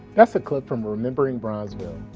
that's a clip from remembering bronzeville,